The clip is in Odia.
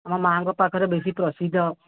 ଆମ ମା'ଙ୍କ ପାଖରେ ବେଶୀ ପ୍ରସିଦ୍ଧ